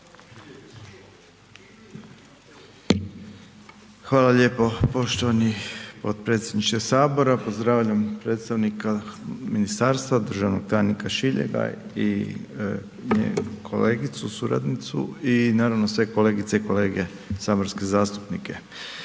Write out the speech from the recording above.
Hvala lijepo poštovani potpredsjedniče Sabora, pozdravljam predstavnika ministarstva, državnog tajnika Šiljega i njegovu kolegicu, suradnicu i naravno sve kolegice i kolege saborske zastupnike.